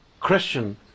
Christian